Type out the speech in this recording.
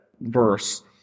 verse